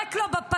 ויורק לו בפנים.